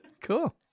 cool